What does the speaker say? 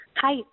Hi